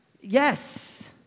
Yes